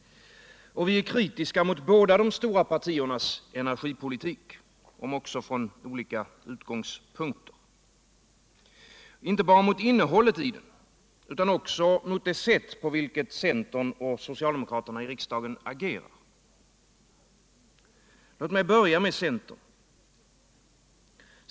Och vi är kritiska mot båda de stora partiernas energipolitik — om också med olika utgångspunkter — inte bara mot innehållet utan också mot det sätt på vilket centern och socialdemokraterna i riksdagen agerar. Låt mig börja med centern.